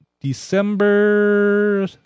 December